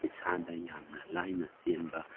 ꯏꯁꯥꯗ ꯌꯥꯝꯅ ꯂꯥꯏꯅ ꯆꯦꯟꯕ